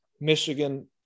Michigan